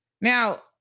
Now